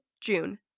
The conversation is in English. June